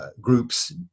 groups